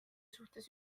suhtes